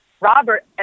Robert